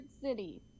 City